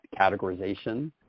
categorization